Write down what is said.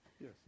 Yes